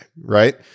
right